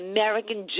American